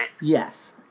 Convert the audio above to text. Yes